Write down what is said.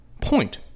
point